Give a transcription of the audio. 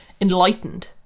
enlightened